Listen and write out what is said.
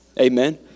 Amen